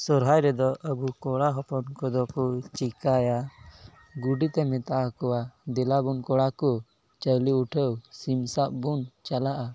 ᱥᱚᱦᱚᱨᱟᱭ ᱨᱮᱫᱚ ᱟᱵᱚ ᱠᱚᱲᱟ ᱦᱚᱯᱚᱱ ᱠᱚᱫᱚ ᱠᱚ ᱪᱤᱠᱟᱹᱭᱟ ᱜᱳᱰᱮᱛᱮ ᱢᱮᱛᱟ ᱠᱚᱣᱟ ᱫᱮᱞᱟᱵᱚᱱ ᱠᱚᱲᱟ ᱠᱚ ᱪᱟᱣᱞᱮ ᱩᱴᱷᱟᱹᱣ ᱥᱤᱢ ᱥᱟᱵᱵᱚᱱ ᱪᱟᱞᱟᱜᱼᱟ